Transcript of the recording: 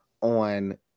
on